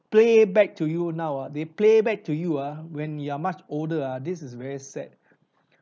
play back to you now ah they play back to you ah when you are much older ah this is very sad